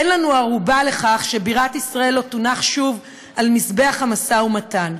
אין לנו ערובה לכך שבירת ישראל לא תונח שוב על מזבח המשא ומתן.